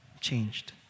changed